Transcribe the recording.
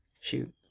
Shoot